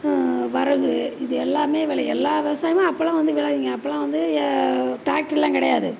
வரகு இது எல்லாம் விளையும் எல்லா விவசாயமும் அப்போல்லாம் வந்து விளையுங்க அப்போல்லாம் வந்து டிராக்டருல்லாம் கிடையாது